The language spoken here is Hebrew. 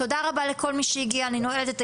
תודה רבה לכל מי שהגיע, אני נועלת את הישיבה.